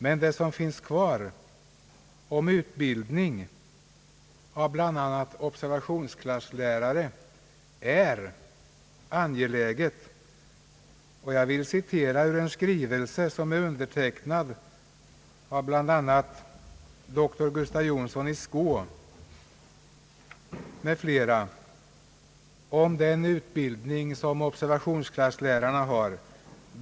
Men det som finns kvar när det gäller utbildning av bl.a. observationsklasslärare är angeläget. Jag vill citera ur en skrivelse som är undertecknad av bland andra doktor Gustav Jonsson vid Skå och som gäller den utbildning, som observationsklasslärarna har.